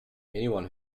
anyone